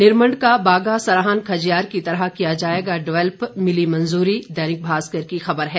निरमंड का बागा सराहन खजियार की तरह किया जाएगा डेवलप मिली मंजूरी दैनिक भास्कर की खबर है